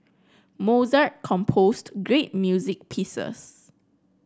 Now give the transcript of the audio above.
Mozart composed great music pieces